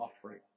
offering